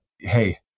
hey